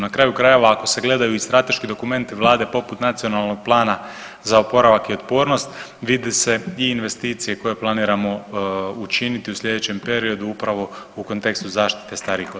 Na kraju krajeva, ako se gledaju i strateški dokumenti Vlade poput Nacionalnog plana za oporavak i otpornost, vidi se i investicije koje planiramo učiniti u sljedećem periodu upravo u kontekstu zaštite starijih osoba.